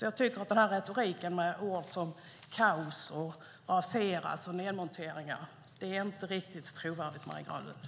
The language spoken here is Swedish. Jag tycker att retoriken med ord som "kaos", "raseras" och "nedmonteringar" inte är riktigt trovärdig, Marie Granlund.